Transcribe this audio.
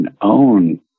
own